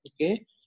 Okay